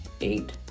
eight